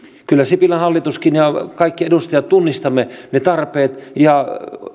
kyllä sipilän hallituskin ja kaikki edustajat tunnistamme ne tarpeet ja